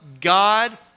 God